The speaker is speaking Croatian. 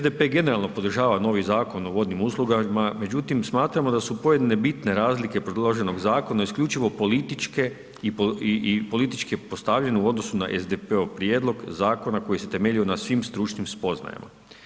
SDP generalno podržava novi Zakon o vodnim uslugama, međutim, smatramo da su pojedine bitne razlike predloženog zakona isključivo političke i politički postavljene u odnosu na SDP-ov prijedlog zakona koji se temeljio na svim stručnim spoznajama.